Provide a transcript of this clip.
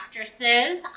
actresses